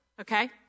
okay